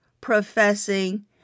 professing